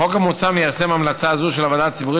החוק המוצע מיישם המלצה זו של הוועדה הציבורית